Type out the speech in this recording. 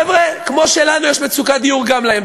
חבר'ה, כמו שלנו יש מצוקת דיור, גם להם.